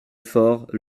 fort